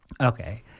Okay